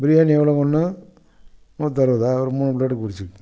பிரியாணி எவ்வளோங்க ஒன்று நூத்தறுவதா ஒரு மூணு ப்ளேட்டு குறிச்சுக்கிங்க